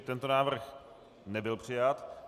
Tento návrh nebyl přijat.